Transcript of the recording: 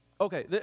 Okay